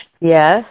Yes